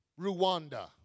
Rwanda